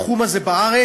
בתחום הזה בארץ,